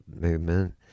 movement